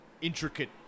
intricate